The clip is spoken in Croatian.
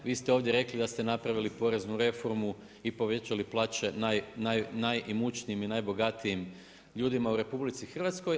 Vi ste ovdje rekli da ste napravili poreznu reformu i povećali plaće najimućnijim i najbogatijim ljudima u RH.